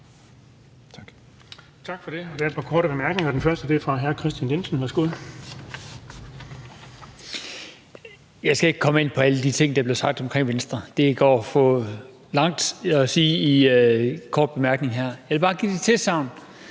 Jeg skal ikke komme ind på alle de ting, der blev sagt om Venstre. Det fører for vidt at sige i en kort bemærkning her. Jeg vil bare give det tilsagn,